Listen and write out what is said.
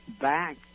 back